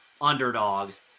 underdogs